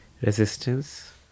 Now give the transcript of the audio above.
resistance